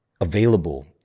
available